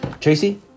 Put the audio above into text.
Tracy